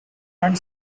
and